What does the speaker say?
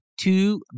two